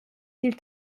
dil